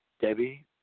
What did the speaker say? Debbie